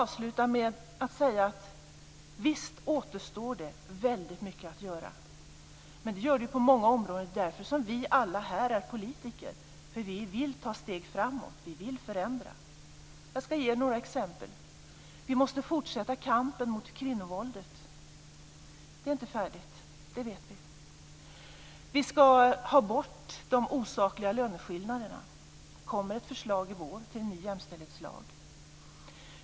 Visst återstår det väldigt mycket att göra. Men det gör det ju på många områden. Det är därför som vi alla här är politiker: Vi vill ta steg framåt. Vi vill förändra. Jag ska ge några exempel. · Vi måste fortsätta kampen mot kvinnovåldet. Den är inte färdig. Det vet vi. · Vi ska ha bort de osakliga löneskillnaderna. Det kommer i vår ett förslag till en ny jämställdhetslag.